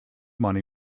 money